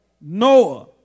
Noah